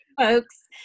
folks